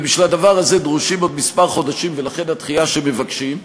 ובשביל הדבר הזה דרושים עוד כמה חודשים ולכן הדחייה שמבקשים.